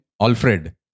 Alfred